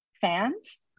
fans